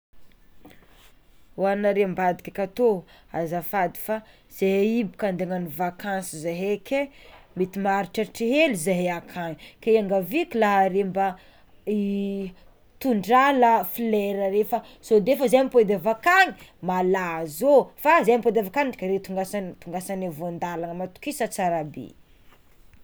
Oh anareo ambadika akato ô,azafady fa zahe io bôka ande hagnano vakansy zehe ke mety mahariharitrry hely zehe akagny ke hiangaviko are mba hi- tondrà lah flera reo fa sode fa zay mipody avy akagny malazo fa zay mipody avy akagny ndraiky are tongasana- tongasanay voandalana matokisa matokisa tsara be.